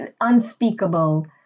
unspeakable